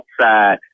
outside